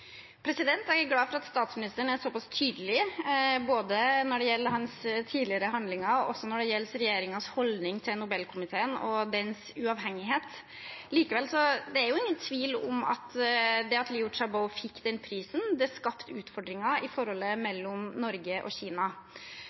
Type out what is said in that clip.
Jeg er glad for at statsministeren er såpass tydelig, både når det gjelder hans tidligere handlinger, og når det gjelder regjeringens holdning til Nobelkomiteen og dens uavhengighet. Likevel er det jo ingen tvil om at det at Liu Xiaobo fikk den prisen, skapte utfordringer i forholdet mellom Norge og Kina.